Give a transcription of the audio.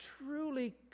truly